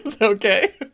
okay